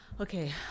Okay